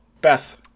Beth